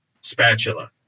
spatula